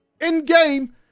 In-game